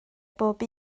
bob